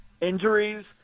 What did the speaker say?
injuries